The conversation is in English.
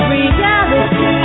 Reality